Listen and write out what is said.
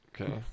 Okay